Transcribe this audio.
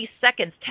seconds